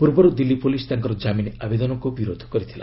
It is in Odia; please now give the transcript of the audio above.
ପୂର୍ବରୁ ଦିଲ୍ଲୀ ପୁଲିସ୍ ତାଙ୍କର କାମିନ୍ ଆବେଦନକୁ ବିରୋଧ କରିଥିଲା